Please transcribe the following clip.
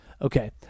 okay